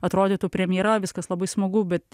atrodytų premjera viskas labai smagu bet